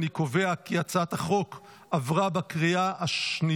אני קובע כי הצעת החוק כנוסח הוועדה עברה בקריאה השנייה.